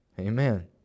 Amen